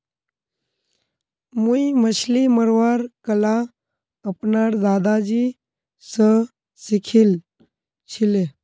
मुई मछली मरवार कला अपनार दादाजी स सीखिल छिले